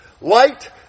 light